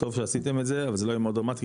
טוב שעשיתם את זה אבל זה לא יהיה מאוד דרמטי,